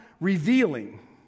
revealing